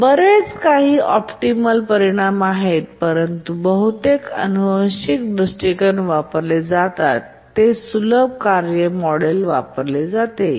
बरेच काही ऑप्टिमल परिणाम आहेत बहुतेक आनुवंशिक दृष्टिकोन वापरले जातात जे सुलभ कार्य मॉडेल वापरले जातात